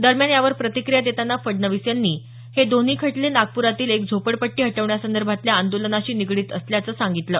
दरम्यान यावर प्रतिक्रिया देतांना फडणवीस यांनी हे दोन्ही खटले नागपुरातली एक झोपडपट्टी हटवण्यासंदर्भातल्या आंदोलनाशी निगडित असल्याचं सांगितलं